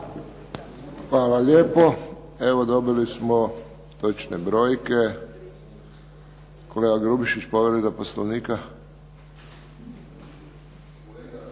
Hvala lijepo. Evo dobili smo točne brojke. Kolega Grubišić, povreda Poslovnika.